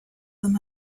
them